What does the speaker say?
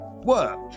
work